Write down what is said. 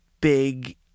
big